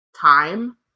time